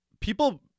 People